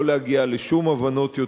לא להגיע יותר לשום הבנות,